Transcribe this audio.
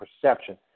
perception